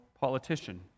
politician